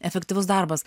efektyvus darbas